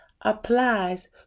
applies